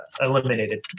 eliminated